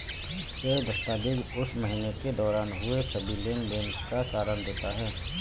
यह दस्तावेज़ उस महीने के दौरान हुए सभी लेन देन का सारांश देता है